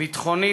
ביטחונית,